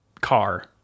car